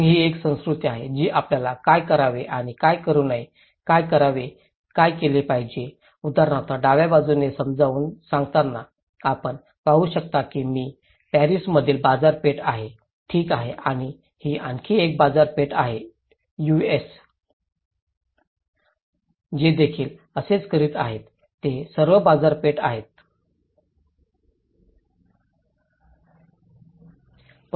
मग ही एक संस्कृती आहे जी आपल्याला काय करावे आणि काय करू नये काय करावे केले पाहिजे उदाहरणार्थ डाव्या बाजूने समजावून सांगताना आपण पाहू शकता की हे पॅरिसमधील बाजारपेठ आहे ठीक आहे आणि ही आणखी एक बाजारपेठ आहे यूएस ते देखील असेच करीत आहेत ते सर्व बाजारात आले